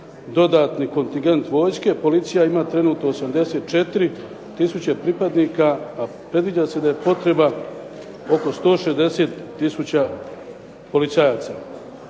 dodatni kontingent vojske. Policija ima trenutno 84 tisuće pripadnika a predviđa se da je potreba oko 160 tisuća policajaca.